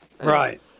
right